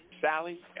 Sally